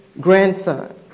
grandson